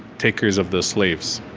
takers of the slaves.